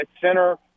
center